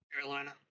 Carolina